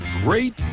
great